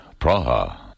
Praha